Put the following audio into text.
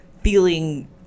feeling